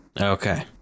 Okay